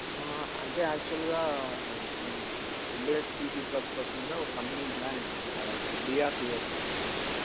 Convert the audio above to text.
అంటే యాక్చువల్గా నేను ఎంబెడెడ్ సిసి ప్లస్ మీద ఒక కంపెనీ జాయిన్ అయ్యాను సార్ అది డిఆర్డిఓ కంపెనీ అది